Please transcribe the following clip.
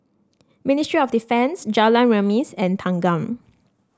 Ministry of Defence Jalan Remis and Thanggam